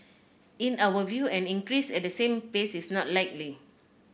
in our view an increase at the same pace is not likely